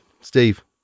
Steve